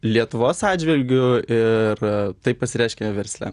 lietuvos atžvilgiu ir tai pasireiškia versle